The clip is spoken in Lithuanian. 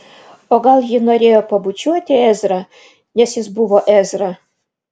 o gal ji norėjo pabučiuoti ezrą nes jis buvo ezra